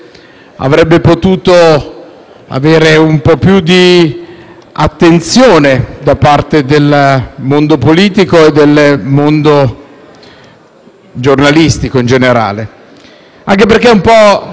attenzione da parte del mondo politico e del mondo giornalistico in generale, anche perché in un certo senso lo ha scritto lui stesso, laddove